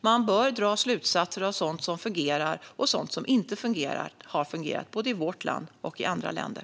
Man bör dra slutsatser både av sådant som fungerar och av sådant som inte fungerar. Det har fungerat både i vårt land och i andra länder.